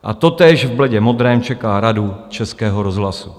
A totéž v bledě modrém čeká Radu Českého rozhlasu.